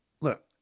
Look